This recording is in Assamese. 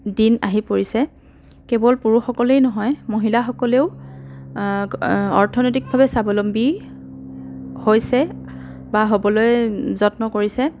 দিন আহি পৰিছে কেৱল পুৰুষসকলেই নহয় মহিলাসকলেও অৰ্থনৈতিকভাৱে স্বাৱলম্বী হৈছে বা হ'বলৈ যত্ন কৰিছে